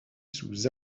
sous